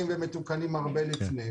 ומתוקנים הרבה לפני.